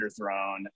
underthrown